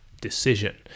decision